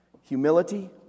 Humility